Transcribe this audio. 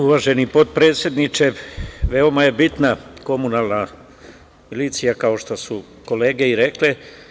Uvaženi potpredsedniče, veoma je bitna komunalna milicija, kao što su kolege i rekle.